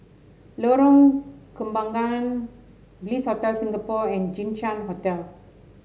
Lorong Kembangan Bliss Hotel Singapore and Jinshan Hotel